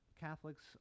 Catholics